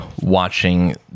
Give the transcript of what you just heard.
watching